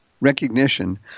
recognition